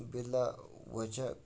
بِلا وجہ